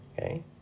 okay